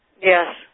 Yes